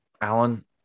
Alan